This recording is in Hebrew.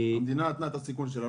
המדינה נתנה את הסיכון שלה.